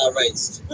raced